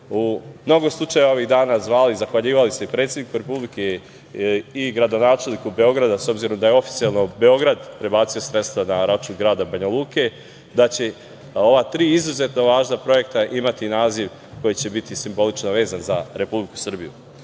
u mnogo slučajeva ovih dana zvali i zahvaljivali se predsedniku Republike i gradonačelniku Beograda, s obzirom da je oficijelno Beograd prebacio sredstva na račun grada Banja Luke, da će ova tri izuzetno važna projekta imati naziv koji će biti simbolično vezan za Republiku Srbiju.U